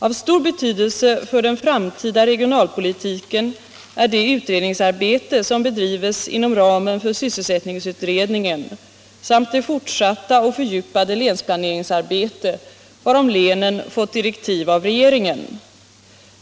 Av stor betydelse för den framtida regionalpolitiken är det utredningsarbete som bedrivs inom ramen för sysselsättningsutredningen samt det fortsatta och fördjupade länsplaneringsarbete varom länen fått direktiv av regeringen.